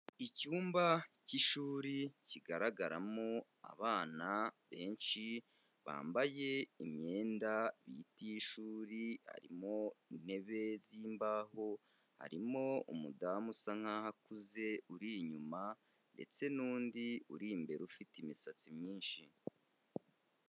Icyumba cy'ishuri kigaragaramo abana benshi bambaye imyenda bita iy'ishuri, harimo intebe z'imbaho, harimo umudamu usa nkaho akuze uri inyuma ndetse n'undi uri imbere ufite imisatsi myinshi.